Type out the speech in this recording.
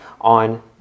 on